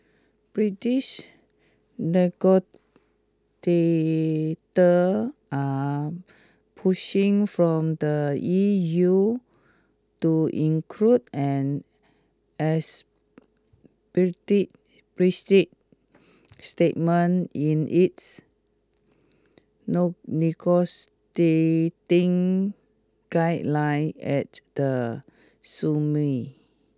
British negotiators are pushing from the E U to include an explicit statement in its negotiating guideline at the